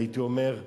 הייתי אומר,